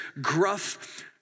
gruff